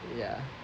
ya